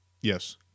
Yes